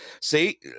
see